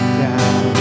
down